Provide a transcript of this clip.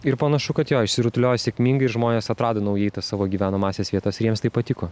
ir panašu kad jo išsirutuliojo sėkmingai ir žmonės atrado naujai tas savo gyvenamąsias vietas ir jiems tai patiko